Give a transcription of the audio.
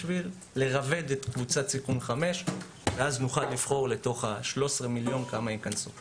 כדי לרבד את קבוצת סיכון 5 ואז נוכל לבחור כמה ייכנסו